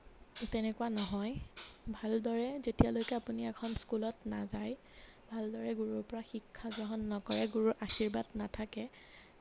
তেনেকুৱা নহয় ভালদৰে যেতিয়ালৈকে আপুনি এখন স্কুলত নাযায় ভালদৰে গুৰুৰ পৰা শিক্ষা গ্ৰহণ নকৰে গুৰুৰ আশীৰ্বাদ নাথাকে